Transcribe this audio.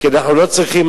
כשדיברו,